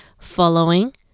following